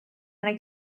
and